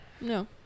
No